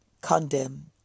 condemn